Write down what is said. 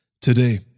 Today